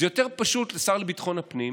זה יותר פשוט לשר לביטחון הפנים,